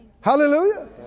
Hallelujah